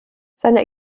seine